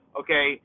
okay